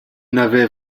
n’avait